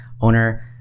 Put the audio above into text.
owner